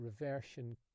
reversion